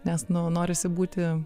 nes nu norisi būti